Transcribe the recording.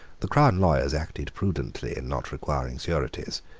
the crown lawyers acted prudently in not requiring sureties.